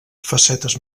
facetes